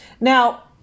Now